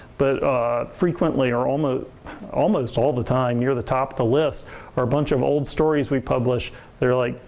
but frequently, or almost almost all the time, near the top of the list are a bunch of old stories we published that are like,